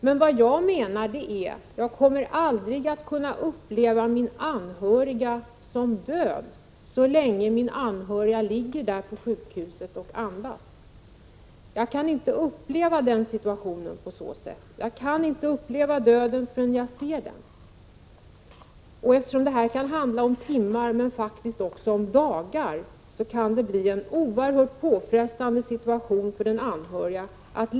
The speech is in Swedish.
Men vad jag menar är att jag aldrig kommer att kunna uppleva en anhörig som död så länge han eller hon ligger där på sjukhuset och andas. Jag kan alltså inte uppleva döden förrän jag ser den. Eftersom det kan handla om timmar och faktiskt också om dagar, kan det bli oerhört påfrestande att leva i en sådan här situation.